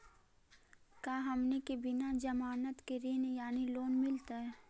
का हमनी के बिना जमानत के ऋण यानी लोन मिलतई?